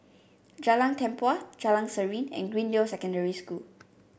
Jalan Tempua Jalan Serene and Greendale Secondary School